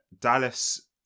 Dallas